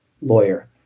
lawyer